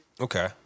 Okay